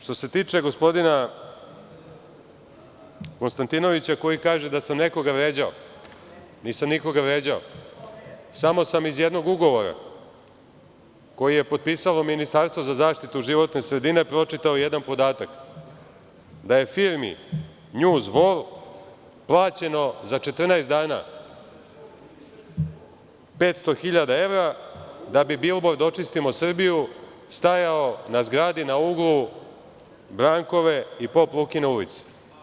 Što se tiče gospodina Konstantinovića, koji kaže da sam nekoga vređao, nisam nikoga vređao, samo sam iz jednog ugovora koji je potpisalo Ministarstvo za zaštitu životne sredine pročitao jedan podatak, da je firmi „NJuz Vor“ plaćeno za 14 dana 500.000 evra da bi bilbord „Očistimo Srbiju“ stajao na zgradi na uglu Brankove i Pop Lukine ulice.